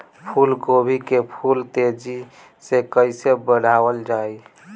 फूल गोभी के फूल तेजी से कइसे बढ़ावल जाई?